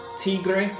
Tigre